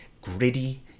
gritty